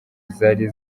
zari